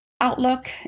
outlook